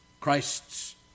Christ's